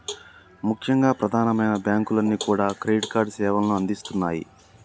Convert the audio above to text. ముఖ్యంగా ప్రధానమైన బ్యాంకులన్నీ కూడా క్రెడిట్ కార్డు సేవలను అందిస్తున్నాయి